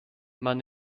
man